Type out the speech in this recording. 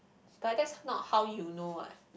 but that's not how you know what